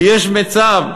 ויש מיצ"ב,